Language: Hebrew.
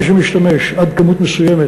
כשמישהו משתמש עד כמות מסוימת,